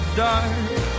dark